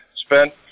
spent